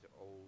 old